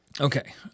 Okay